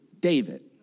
David